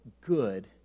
good